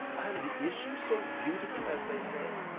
and is she so beautiful as they say?